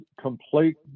complete